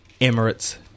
Emirates